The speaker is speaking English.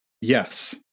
Yes